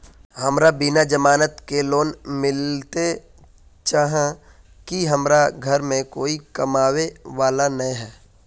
हमरा बिना जमानत के लोन मिलते चाँह की हमरा घर में कोई कमाबये वाला नय है?